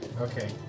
Okay